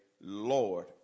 Lord